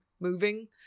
moving